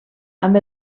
amb